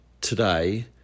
today